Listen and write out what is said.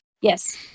Yes